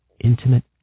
intimate